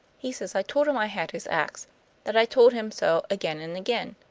he says i told him i had his ax that i told him so again and again.